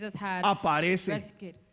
Aparece